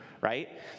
right